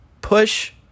push